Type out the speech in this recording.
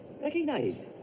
Recognized